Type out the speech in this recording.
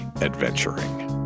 adventuring